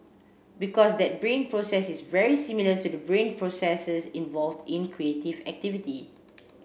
because that brain process is very similar to the brain processes involved in creative activity